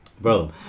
Bro